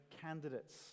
candidates